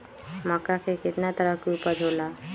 मक्का के कितना तरह के उपज हो ला?